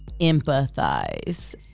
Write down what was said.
empathize